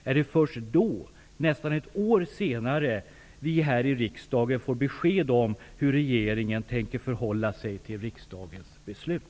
Är det först då, nästan ett år senare, som vi här i riksdagen får besked om hur regeringen tänker förhålla sig till riksdagens beslut?